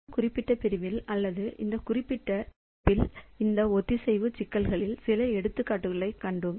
இந்த குறிப்பிட்ட பிரிவில் அல்லது குறிப்பிட்ட சொற்பொழிவு தொகுப்பில் இந்த ஒத்திசைவு சிக்கல்களில் சில எடுத்துக்காட்டுகளைக் கண்டோம்